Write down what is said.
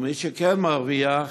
ומי שכן מרוויח,